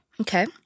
Okay